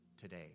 today